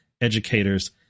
educators